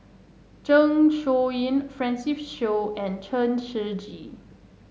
Zeng Shouyin Francis Seow and Chen Shiji